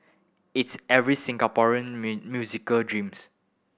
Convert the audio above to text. it's every Singaporean musician dreams